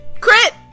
Crit